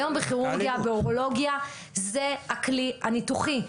היום בכירורגיה, באורולוגיה, זה הכלי הניתוחי.